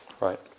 Right